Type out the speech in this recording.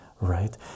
right